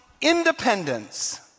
independence